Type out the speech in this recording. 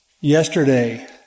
yesterday